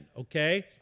okay